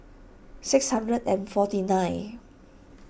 six hundred and forty nine